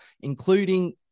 including